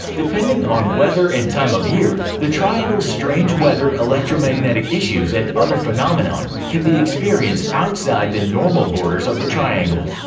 depending on weather and time of year, the triangle's strange weather, electromagnetic issues and other phenomenon can be experienced outside the normal borders of the triangle.